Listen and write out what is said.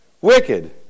Wicked